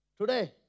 today